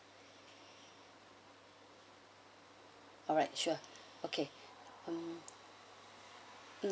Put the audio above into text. alright sure okay um mm